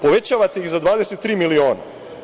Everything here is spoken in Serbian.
Povećavate ih za 23 miliona.